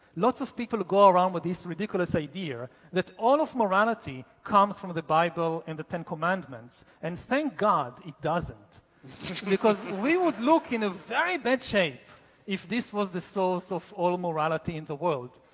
lots of people go around with this ridiculous idea that all of morality comes from the bible and the ten commandments and thank god, it doesn't because we would look in a very bad shape if this was the source of all morality in the world.